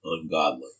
ungodly